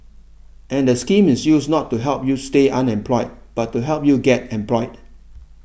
and the scheme is used not to help you stay unemployed but to help you get employed